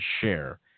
share